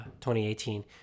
2018